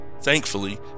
Thankfully